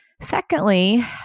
Secondly